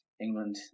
England